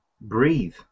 breathe